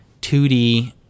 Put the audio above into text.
2D